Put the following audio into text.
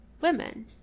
women